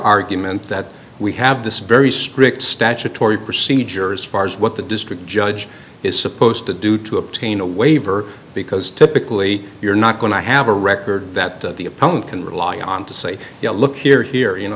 argument that we have this very strict statutory procedure as far as what the district judge is supposed to do to obtain a waiver because typically you're not going to have a record that the opponent can rely on to say look here here you know